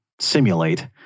simulate